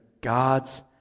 God's